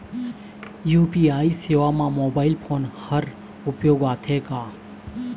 UPI सेवा म mobile phone हर उपयोग आथे का?